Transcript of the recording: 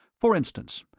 for instance,